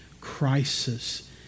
crisis